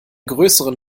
größeren